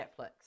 Netflix